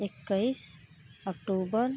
इक्कीस अक्टोबर